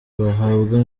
bahabwa